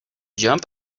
jump